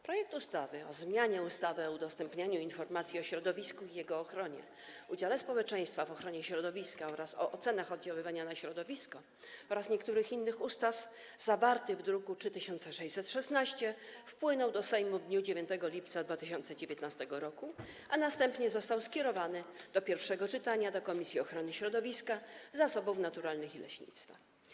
Projekt ustawy o zmianie ustawy o udostępnianiu informacji o środowisku i jego ochronie, udziale społeczeństwa w ochronie środowiska oraz o ocenach oddziaływania na środowisko oraz niektórych innych ustaw, zawarty w druku nr 3616, wpłynął do Sejmu w dniu 9 lipca 2019 r., a następnie został skierowany do pierwszego czytania w Komisji Ochrony Środowiska, Zasobów Naturalnych i Leśnictwa.